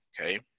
Okay